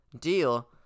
deal